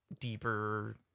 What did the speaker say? deeper